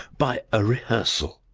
by a rehearsal?